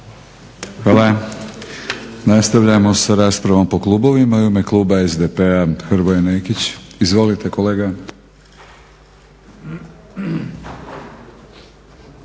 Hvala. Nastavljamo sa raspravom po klubovima. U ime kluba SDP-a, Hrvoje Nekić. Izvolite kolega.